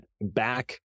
back